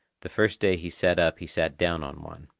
the first day he sat up he sat down on one.